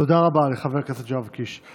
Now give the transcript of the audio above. תודה רבה לחבר הכנסת יואב קיש.